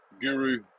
Guru